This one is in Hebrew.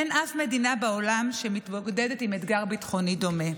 אין אף מדינה בעולם שמתמודדת עם אתגר ביטחוני דומה.